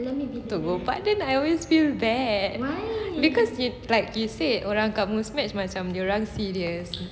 to go but then I always feel bad because you like you say orang kat Muzmatch macam dia orang serious